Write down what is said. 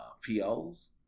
POs